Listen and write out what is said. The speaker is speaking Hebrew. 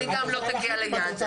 היא גם לא תגיע ליעדה.